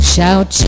Shout